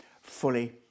fully